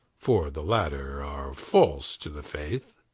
for the latter are false to the faith.